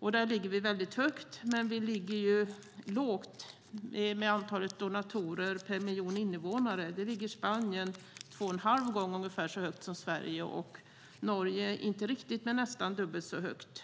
Där ligger vi väldigt högt, men vi ligger ju lågt med antalet donatorer per miljon invånare. Där ligger Spanien ungefär två och en halv gånger så högt som Sverige och Norge ligger inte riktigt men nästan dubbelt så högt.